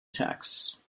tax